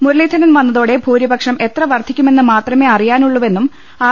മുരളീധരൻ വന്നതോട്ടെ ഭൂരിപ്ക്ഷം എത്ര വർദ്ധിക്കുമെന്ന് മാത്രമേ അറിയാനുള്ളൂവെന്നും ആർ